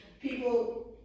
people